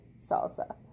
salsa